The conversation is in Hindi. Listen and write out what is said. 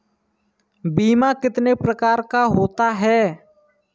बीमा कितने प्रकार का होता है?